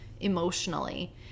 emotionally